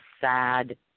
sad